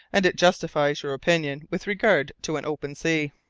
and it justifies your opinion with regard to an open sea.